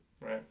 Right